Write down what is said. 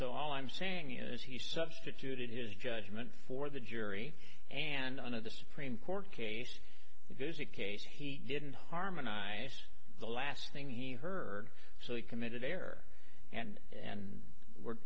so all i'm saying is he substituted his judgement for the jury and one of the supreme court case visit case he didn't harmonize the last thing he heard so he committed there and we're